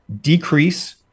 decrease